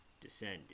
descend